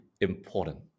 important